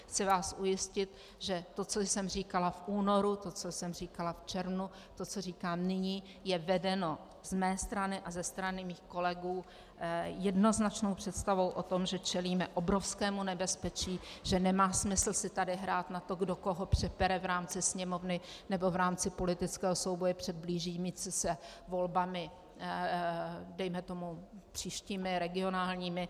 Chci vás ujistit, že to, co jsem říkala v únoru, to, co jsem říkala v červnu, to, co říkám nyní, je vedeno z mé strany a strany mých kolegů s jednoznačnou představou o tom, že čelíme obrovskému nebezpečí, že nemá smysl si tady hrát na to, kdo koho přepere v rámci Sněmovny nebo v rámci politického souboje před blížícími se volbami, dejme tomu příštími regionálními.